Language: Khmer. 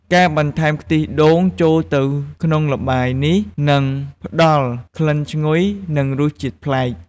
ការបន្ថែមខ្ទិះដូងចូលទៅក្នុងល្បាយនេះ នឹងផ្ដល់ក្លិនឈ្ងុយ និងរសជាតិប្លែក។